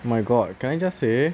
my god can I just say